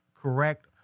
correct